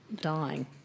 dying